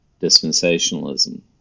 dispensationalism